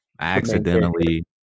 accidentally